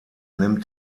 nimmt